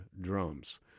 drums